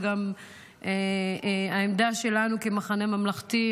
וגם העמדה שלנו במחנה הממלכתי,